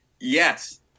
Yes